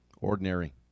ordinary